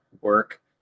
work